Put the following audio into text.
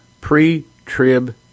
pre-trib